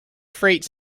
freight